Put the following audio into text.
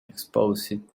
exposed